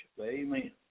amen